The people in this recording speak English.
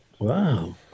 wow